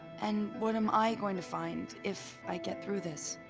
and what am i going to find if i get through this?